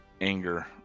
anger